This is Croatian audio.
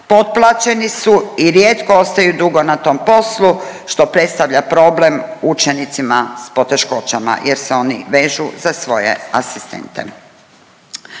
potplaćeni su i rijetko ostaju dugo na tom poslu, što predstavlja problem učenicima s poteškoćama jer se oni vežu za svoje asistente.